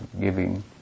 giving